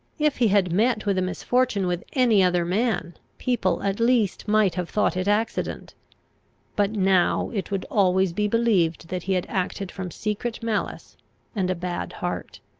if he had met with a misfortune with any other man, people at least might have thought it accident but now it would always be believed that he had acted from secret malice and a bad heart.